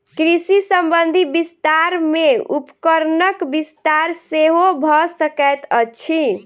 कृषि संबंधी विस्तार मे उपकरणक विस्तार सेहो भ सकैत अछि